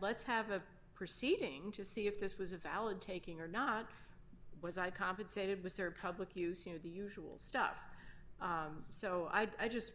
let's have a proceeding to see if this was a valid taking or not because i compensated with their public use you know the usual stuff so i just